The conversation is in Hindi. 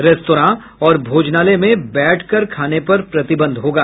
रेस्तरा और भोजनालय में बैठ कर खाने पर प्रतिबंध होगा